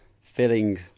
filling